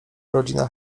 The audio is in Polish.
rodzina